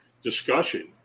discussion